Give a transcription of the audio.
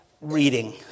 reading